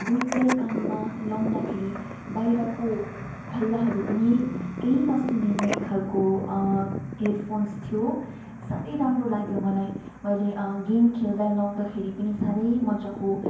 दुइटै कानमा लाउँदाखेरि बहिरको हल्लाहरू पनि केही नसुनिने खालको हेडफोन्स थियो साह्रै राम्रो लाग्यो मलाई मैले गेम खेल्दा लाउँदाखेरि पनि साह्रै मज्जाको